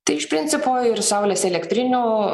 tai iš principo ir saulės elektrinių